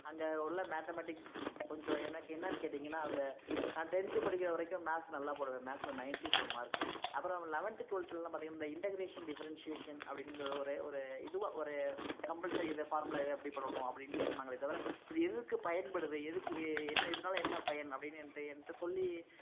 அங்கே உள்ள மேத்தமேட்டிக்ஸ் கொஞ்சம் எனக்கென்னன்னு கேட்டீங்கன்னால் அந்த நான் டென்த்து படிக்கிற வரைக்கும் மேக்ஸ் நல்லா போடுவேன் மேக்ஸில் நைன்ட்டி ஃபோர் மார்க்கு அப்புறம் லெவன்த்து டுவல்த்துலெல்லாம் பார்த்தீங்கன்னா இந்த இன்டகரேஷன் டிஃப்ரென்ஷியேஷன் அப்படின்கிற ஒரு ஒரு இதுவாக ஒரு கம்பல்சரி இந்த ஃபார்முலா இது அப்படி போடணும் அப்படின்னு சொன்னாங்களேத் தவிர இது எதுக்கு பயன்படுது எதுக்கு ஏ என்ன இதனால என்ன பயன் அப்படின்னு என்கிட்ட என்கிட்ட சொல்லி